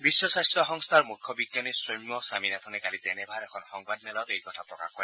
বিশ্ব স্বাস্থ্য সংস্থাৰ মুখ্য বিজ্ঞানী সৌম্য স্বমীনাথনে কালি জেনেভাৰ এখন সংবাদ মেলত এই কথা প্ৰকাশ কৰে